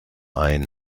ein